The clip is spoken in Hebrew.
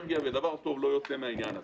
ודבר טוב לא יוצא מהעניין הזה.